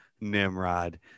Nimrod